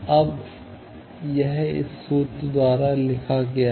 अब यह इस सूत्र द्वारा लिखा गया है